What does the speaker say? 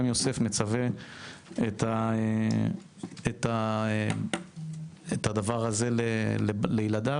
יוסף עצמו מצווה את האחים לקבור אותו בארץ ישראל.